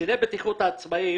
שלא יהיה דבר של חוכא ואיטלולא.